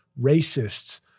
racists